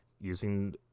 using